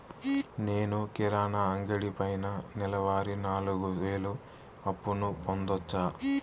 నేను కిరాణా అంగడి పైన నెలవారి నాలుగు వేలు అప్పును పొందొచ్చా?